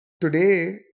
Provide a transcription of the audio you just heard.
today